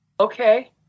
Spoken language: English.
okay